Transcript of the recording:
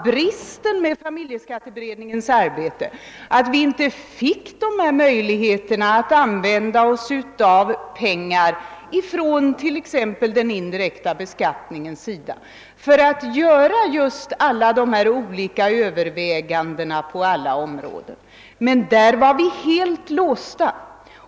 Bristen med familjeskatteberedningens arbete var just att vi inte fick möjligheter att använda pengar från t.ex. den indirekta beskattningen för att göra avväganden på alla områden. Där var vi helt låsta.